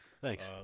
Thanks